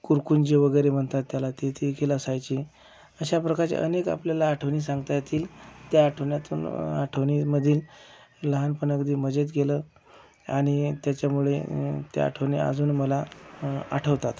कुरकुंजी वगैरे म्हणतात त्याला ते देखील असायची अशाप्रकारचे अनेक आपल्याला आठवणी सांगता येतील त्या आठवण्यातून आठवणीमधील लहानपण अगदी मजेत गेलं आणि त्याच्यामुळे त्या आठवणी अजून मला आठवतात